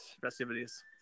festivities